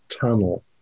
tunnel